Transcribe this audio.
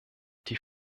die